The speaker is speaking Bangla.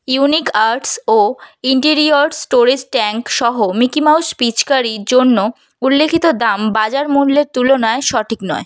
ইউনিক আর্টস ও ইন্টিরিয়র স্টোরেজ ট্যাঙ্ক সহ মিকি মাউস পিচকারির জন্য উল্লিখিত দাম বাজার মূল্যের তুলনায় সঠিক নয়